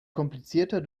komplizierter